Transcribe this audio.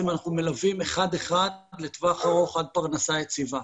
אנחנו מלווים אחד-אחד לטווח ארוך עד פרנסה יציבה.